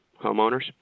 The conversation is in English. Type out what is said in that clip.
homeowners